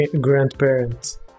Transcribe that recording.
grandparents